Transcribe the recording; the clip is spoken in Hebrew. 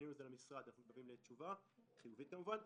פנינו עם זה למשרד ואנחנו ממתינים לתשובה חיובית כמובן.